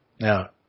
Now